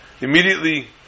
Immediately